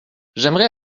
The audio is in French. j’aimerais